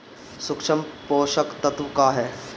सूक्ष्म पोषक तत्व का ह?